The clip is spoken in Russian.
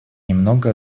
немного